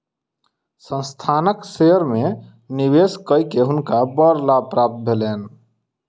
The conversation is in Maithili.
संस्थानक शेयर में निवेश कय के हुनका बड़ लाभ प्राप्त भेलैन